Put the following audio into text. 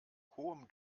hohem